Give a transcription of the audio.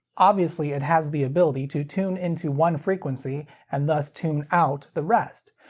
obviously it has the ability to tune into one frequency and thus tune out the rest.